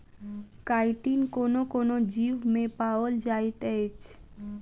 chitin कोनो कोनो जीवमे पाओल जाइत अछि